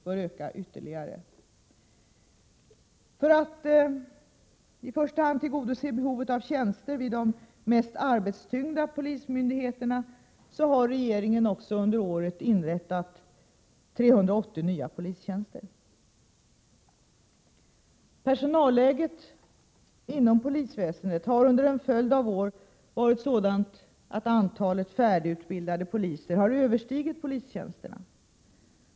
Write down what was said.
För att det skall vara möjligt att tillgodose behovet av tjänster vid i första hand de mest arbetstyngda polismyndigheterna har regeringen också under året inrättat 380 nya polistjänster. Personalläget inom polisväsendet har under en följd av år varit sådant att antalet färdigutbildade poliser har överstigit polistjänsterna.